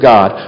God